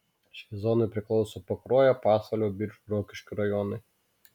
šiai zonai priklauso pakruojo pasvalio biržų rokiškio rajonai